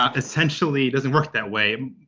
ah essentially. doesn't work that way.